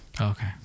Okay